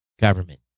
government